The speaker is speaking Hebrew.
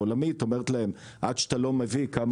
העולמית אומרת להם עד שאתה לא מביא כמה